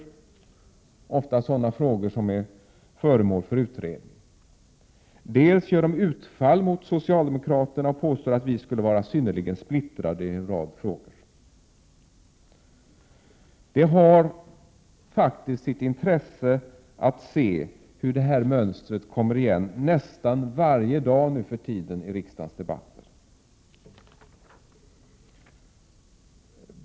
Det gäller ofta sådana frågor som är föremål för utredning. De gör också utfall mot socialdemokraterna och påstår att vi skulle vara synnerligen splittrade i en rad frågor. Det har faktiskt sitt intresse att se hur detta mönster kommer igen nästan varje dag nu för tiden i riksdagens debatter.